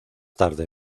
tarde